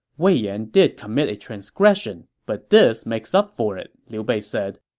wei yan did commit a transgression, but this makes up for it, liu bei said.